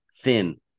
thin